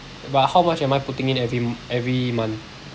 but how much am I putting in every every month